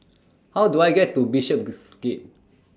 How Do I get to Bishopsgate